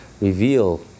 reveal